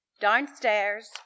Downstairs